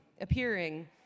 appearing